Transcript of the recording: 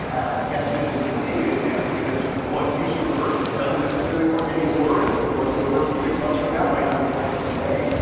i've tested and continue to test because what used to work doesn't necessarily work anymore. and what's gonna work six months from now might not be what works today.